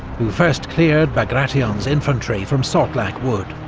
who first cleared bagration's infantry from sortlack wood.